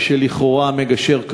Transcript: או המגשר,